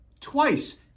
twice